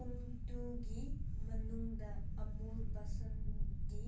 ꯄꯨꯡ ꯇꯨꯒꯤ ꯃꯅꯨꯡꯗ ꯑꯃꯨꯜ ꯕꯁꯟꯗꯤ